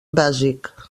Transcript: bàsic